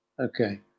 Okay